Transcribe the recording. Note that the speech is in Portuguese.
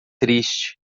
triste